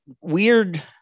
weird